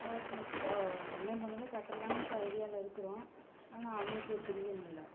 பார்த்து இப்போது அண்ணன் பொண்ணுங்களை கட்டலான்ட்டு ஐடியாவில இருக்கிறோம் ஆனால் அவனுக்கு பிரியம் இல்லை